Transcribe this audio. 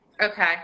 Okay